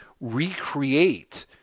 recreate